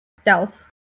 stealth